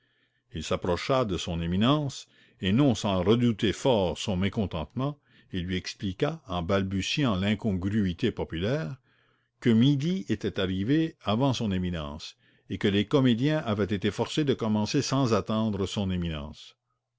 il s'approcha de son éminence et non sans redouter fort son mécontentement il lui expliqua en balbutiant l'incongruité populaire que midi était arrivé avant son éminence et que les comédiens avaient été forcés de commencer sans attendre son éminence